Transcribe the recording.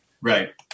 Right